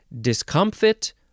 discomfit